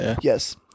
Yes